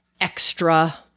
extra